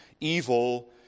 evil